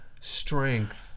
strength